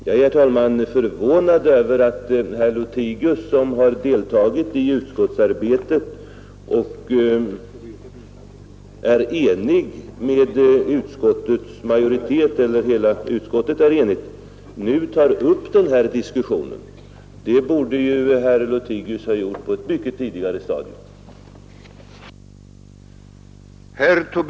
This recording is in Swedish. Jag är, herr talman, förvånad över att herr Lothigius som deltagit i utskottsarbetet nu tar upp denna diskussion — utskottet är ju enigt på denna punkt. Den diskussionen borde herr Lothigius ha tagit upp på ett mycket tidigare stadium.